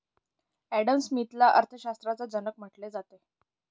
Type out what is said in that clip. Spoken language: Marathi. एडम स्मिथला अर्थशास्त्राचा जनक म्हटले जाते